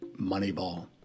Moneyball